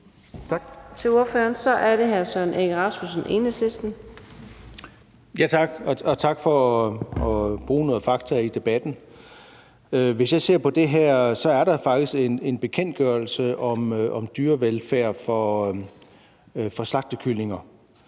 Tak til ordføreren. Så er det hr. Søren Egge Rasmussen, Enhedslisten. Kl. 15:34 Søren Egge Rasmussen (EL): Tak, og tak for at bruge noget fakta i debatten. Hvis jeg ser på det her, er der faktisk en bekendtgørelse om dyrevelfærd for slagtekyllinger.